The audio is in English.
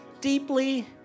deeply